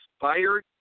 fired